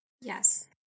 Yes